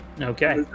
Okay